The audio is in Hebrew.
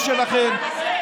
לבית קפה שבו היה יושב כל היום.